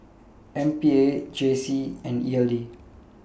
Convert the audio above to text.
M P A J C and E L D